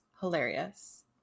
hilarious